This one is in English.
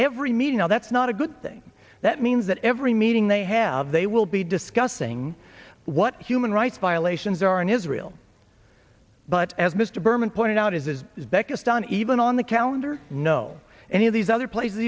every meeting now that's not a good thing that means that every meeting they have they will be discussing what human rights violations are in israel but as mr berman pointed out is as is beck is done even on the calendar no any of these other places